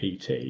PT